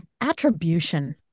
attribution